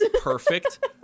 perfect